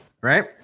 right